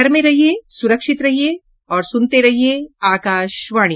घर में रहिये सुरक्षित रहिये और सुनते रहिये आकाशवाणी